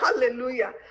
hallelujah